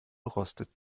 rostet